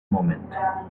moment